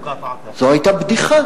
זו היתה בדיחה.